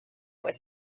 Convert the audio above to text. was